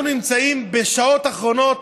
אנחנו נמצאים בשעות אחרונות